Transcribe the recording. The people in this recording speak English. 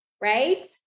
right